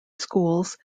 schools